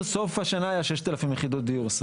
סוף השנה היו 6,300 יחידות דיור.